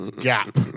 Gap